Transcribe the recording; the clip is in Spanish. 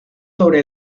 sobre